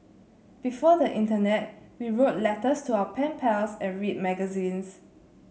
before the internet we wrote letters to our pen pals and read magazines